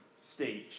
stage